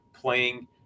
playing